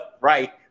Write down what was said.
right